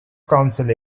council